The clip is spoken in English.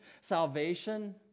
salvation